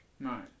Right